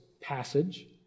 passage